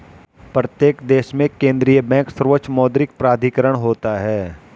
प्रत्येक देश में केंद्रीय बैंक सर्वोच्च मौद्रिक प्राधिकरण होता है